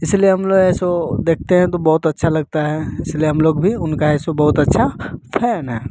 इसलिए हम लोग जो है सो देखते हैं तो बहुत अच्छा लगता है इसलिए हम लोग भी उनका है सो बहुत अच्छा फैन हैं